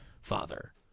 father